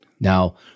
Now